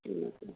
ठीक है